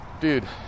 Dude